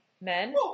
Men